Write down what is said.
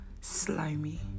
slimy